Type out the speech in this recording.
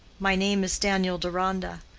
my name is daniel deronda.